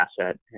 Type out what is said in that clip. asset